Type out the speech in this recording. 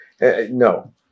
No